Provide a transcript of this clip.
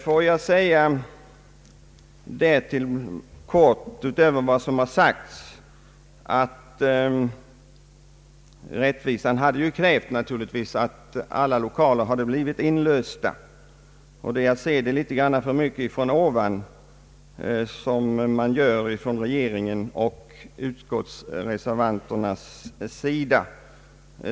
Låt mig därtill helt kort säga att rättvisan naturligtvis hade krävt att alla lokaler blivit inlösta. Det är att se det litet för mycket från ovan som regeringen och utskottsreservanterna gör.